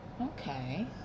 Okay